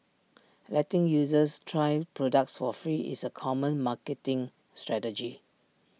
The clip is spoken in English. letting users try products for free is A common marketing strategy